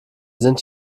sind